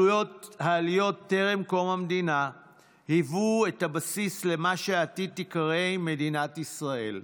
העליות טרם קום המדינה היוו את הבסיס למה שבעתיד תיקרא מדינת ישראל,